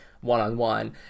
one-on-one